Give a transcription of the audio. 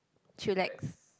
chillax